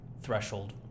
threshold